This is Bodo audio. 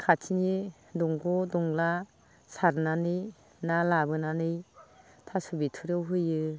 खाथिनि दंग' दंला सारनानै ना लाबोनानै थास' बिथुरियाव होयो